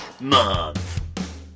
Month